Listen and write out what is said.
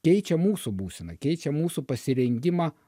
keičia mūsų būseną keičia mūsų pasirengimą